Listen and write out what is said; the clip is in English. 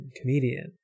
comedian